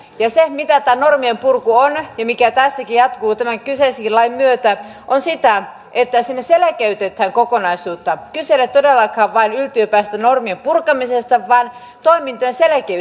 se mitä tämä normien purku on ja mikä tässäkin jatkuu tämän kyseisen lain myötä on sitä että siinä selkeytetään kokonaisuutta kyse ei ole todellakaan vain yltiöpäisestä normien purkamisesta vaan toimintojen